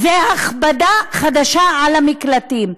זו הכבדה חדשה על המקלטים.